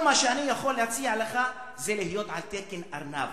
כל מה שאני יכול להציע לך, זה להיות על תקן ארנב.